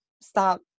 stop